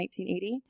1980